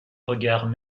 regards